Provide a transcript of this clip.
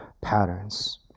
patterns